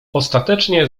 ostatecznie